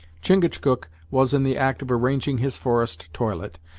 chingachgook was in the act of arranging his forest toilet,